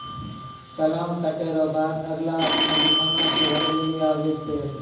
चालान कटे रो बाद अगला अपनो जुर्माना के भरै लेली आवै छै